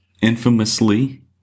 infamously